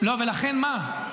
ולכן מה,